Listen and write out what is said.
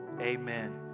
amen